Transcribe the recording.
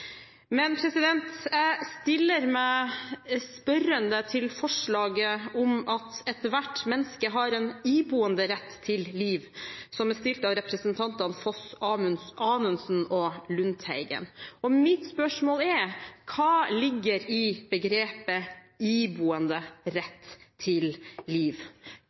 Men jeg stiller meg spørrende til forslaget om at ethvert menneske har en «iboende Ret til Liv», som er stilt av representantene Foss, Anundsen og Lundteigen. Mitt spørsmål er: Hva ligger i begrepet en «iboende Ret til Liv»?